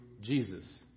Jesus